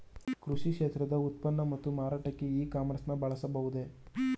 ಕೃಷಿ ಕ್ಷೇತ್ರದ ಉತ್ಪನ್ನ ಮತ್ತು ಮಾರಾಟಕ್ಕೆ ಇ ಕಾಮರ್ಸ್ ನ ಬಳಸಬಹುದೇ?